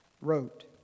wrote